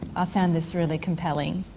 ah found this really compelling.